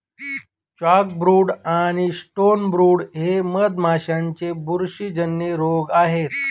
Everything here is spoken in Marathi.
चॉकब्रूड आणि स्टोनब्रूड हे मधमाशांचे बुरशीजन्य रोग आहेत